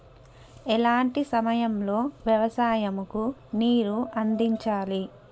ఎలాంటి సమయం లో వ్యవసాయము కు నీరు అందించాలి?